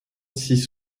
six